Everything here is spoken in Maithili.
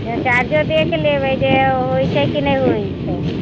चार्जर देखि लेबै जे होइत छै कि नहि होइत छै